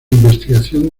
investigación